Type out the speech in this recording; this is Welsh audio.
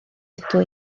ydw